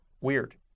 weird